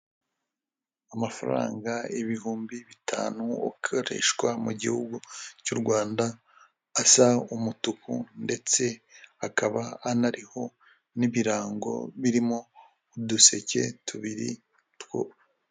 Amafaranga ibihumbi bitanu ukoreshwa mu gihugu cy'u Rwanda, asa umutuku ndetse akaba anariho n'ibirango birimo uduseke tubiri two...